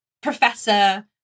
professor